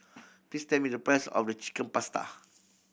please tell me the price of Chicken Pasta